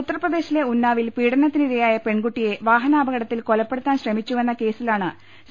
ഉത്തർപ്രദേശിലെ ഉന്നാവിൽ പീഡനത്തിനിരയായ പെൺകുട്ടിയെ വാഹനാപകടത്തിൽ കൊലപ്പെടുത്താൻ ശ്രമിച്ചു വെന്ന കേസിലാണ് സി